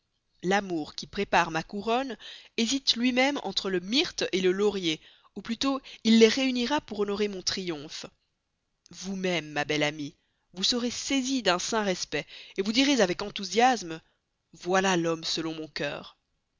l'amour qui prépare ma couronne hésite lui-même entre le myrte le laurier ou plutôt il les réunira pour honorer mon triomphe vous-même ma belle amie vous serez saisie d'un saint respect vous direz avec enthousiasme voilà l'homme selon mon cœur